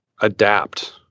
adapt